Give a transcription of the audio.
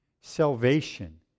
Salvation